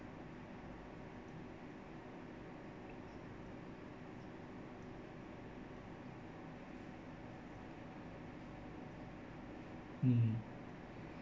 hmm